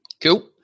Cool